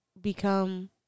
become